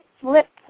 flip